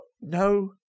No